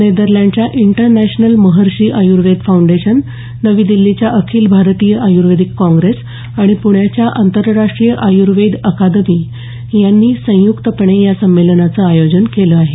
नेदरलँडच्या international Maharishi Ayurveda foundation नवी दिल्लीच्या Akhil Bharatiya Ayurvedic congress आणि पृण्याच्या आंतरराष्ट्रीय आयुर्वेद अकादमी यांनी संयुक्तपणे या संमेलनाचं आयोजन केलं आहे